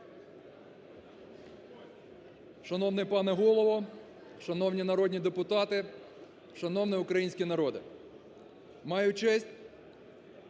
Шановний пане Голово! Шановні народні депутати! Шановний український народе! Маю честь